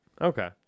Okay